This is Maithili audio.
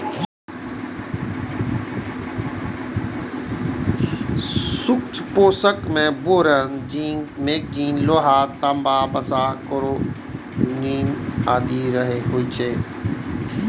सूक्ष्म पोषक मे बोरोन, जिंक, मैगनीज, लोहा, तांबा, वसा, क्लोरिन आदि होइ छै